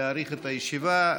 להאריך את הישיבה.